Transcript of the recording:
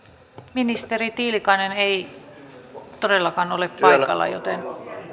ministeri tiilikainen ei todellakaan ole paikalla joten